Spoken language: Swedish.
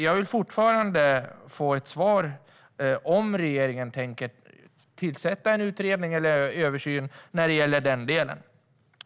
Jag vill fortfarande få ett svar på frågan om regeringen tänker tillsätta en utredning eller göra en översyn när det gäller den delen.